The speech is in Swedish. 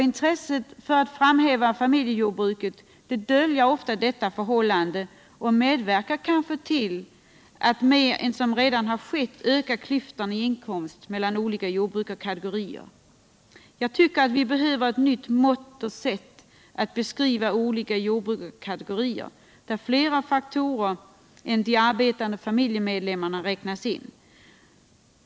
Intresset för att framhäva familjejordbruket döljer ofta detta förhållande och medverkar kanske till att mer än som redan har skett öka klyftan i inkomsthänseende mellan olika jordbrukarkategorier. Jag tycker att vi behöver ett nytt mått på detta och ett nytt sätt att beskriva olika jordbrukarkategorier, där flera faktorer än de arbetande familjemedlemmarna räknas in.